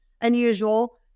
unusual